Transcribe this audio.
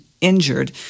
injured